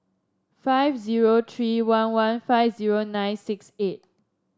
five zero three one one five zero nine six eight